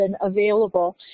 available